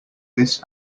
this